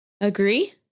Agree